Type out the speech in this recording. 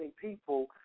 people